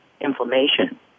inflammation